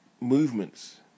movements